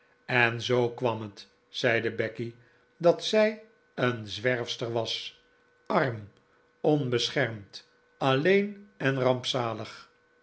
en zoo kwam het zeide becky dat zij een zwerfster was arm onbeschermd alleen en rampzalig